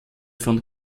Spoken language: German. von